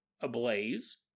ablaze